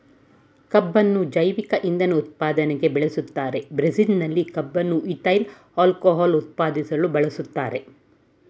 ಕಬ್ಬುನ್ನು ಜೈವಿಕ ಇಂಧನ ಉತ್ಪಾದನೆಗೆ ಬೆಳೆಸ್ತಾರೆ ಬ್ರೆಜಿಲ್ನಲ್ಲಿ ಕಬ್ಬನ್ನು ಈಥೈಲ್ ಆಲ್ಕೋಹಾಲ್ ಉತ್ಪಾದಿಸಲು ಬಳಸ್ತಾರೆ